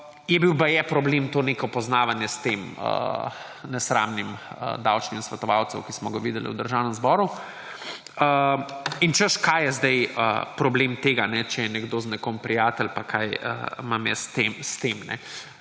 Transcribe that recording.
Je bil baje problem to neko poznavanje s tem nesramnim davčnim svetovalcem, ki smo ga videli v Državnem zboru. In češ, kaj je sedaj problem tega, če je nekdo z nekom prijatelj, pa kaj imam jaz s tem.